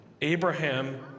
Abraham